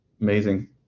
Amazing